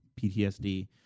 PTSD